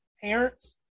parents